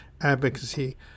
advocacy